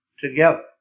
together